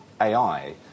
AI